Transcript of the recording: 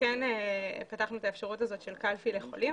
של קלפי לחולים.